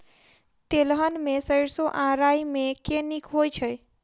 तेलहन मे सैरसो आ राई मे केँ नीक होइ छै?